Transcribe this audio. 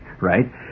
right